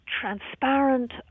transparent